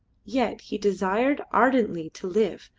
yet he desired ardently to live,